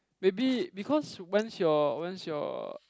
maybe because once your once your